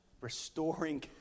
restoring